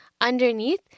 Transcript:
Underneath